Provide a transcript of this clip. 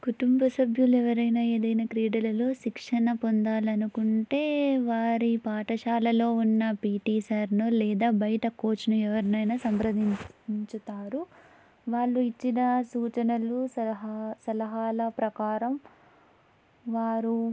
కుటుంబ సభ్యులు ఎవరైనా ఏదైనా క్రీడలలో శిక్షణ పొందాలనుకుంటే వారి పాఠశాలలో ఉన్న పీటీ సర్ను లేదా బయట కోచను ఎవరినైనా సంప్రదించించుతారు వాళ్ళు ఇచ్చిన సూచనలు సలహా సలహాల ప్రకారం వారు